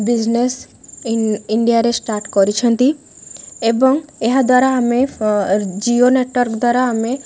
business ଇଣ୍ଡିଆରେ start କରିଛନ୍ତି ଏବଂ ଏହାଦ୍ୱାରା ଆମେ ଜିଓ ନେଟୱାର୍କ ଦ୍ୱାରା ଆମେ